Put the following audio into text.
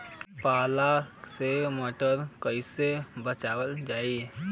पाला से मटर कईसे बचावल जाई?